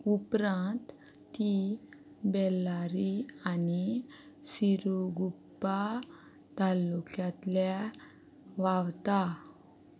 उपरांत ती बेल्लारी आनी सिरुगुपा तालुक्यांतल्यान व्हांवता